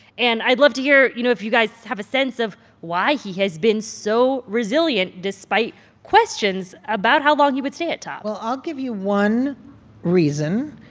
and i'd love to hear, you know, if you guys have a sense of why he has been so resilient despite questions about how long he would stay at top well, i'll give you one reason.